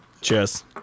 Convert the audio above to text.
Cheers